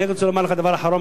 אני רק רוצה לומר לך דבר אחרון,